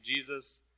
Jesus